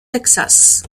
texas